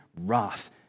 wrath